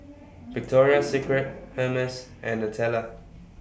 Victoria Secret Hermes and Nutella